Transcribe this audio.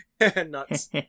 Nuts